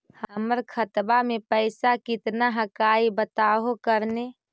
हमर खतवा में पैसा कितना हकाई बताहो करने?